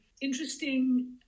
interesting